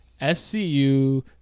SCU